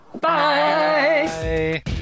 Bye